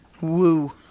Woo